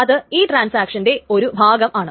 അത് ഈ ട്രാൻസാക്ഷന്റെ ഒരു ഭാഗമാണ്